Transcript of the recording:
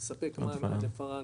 יספק מים עד לכפר רן,